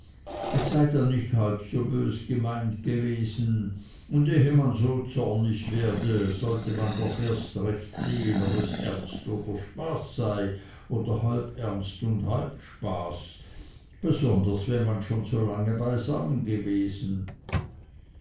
es sei dann nicht halb so bös gemeint gewesen und ehe man so zornig werde sollte man doch erst recht sehen ob es ernst oder spaß sei oder halb ernst und halb spaß besonders wenn man schon so lange beisammen gewesen